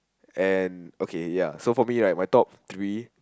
and okay ya so for me right my top three